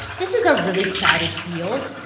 this is a really crowded field,